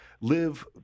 live